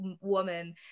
woman